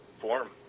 form